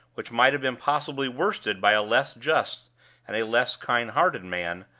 which might have been possibly worsted by a less just and a less kind-hearted man,